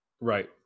right